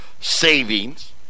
savings